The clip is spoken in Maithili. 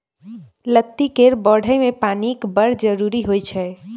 लत्ती केर बढ़य मे पानिक बड़ जरुरी होइ छै